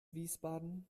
wiesbaden